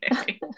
Okay